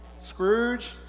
Scrooge